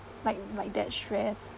like like that stressed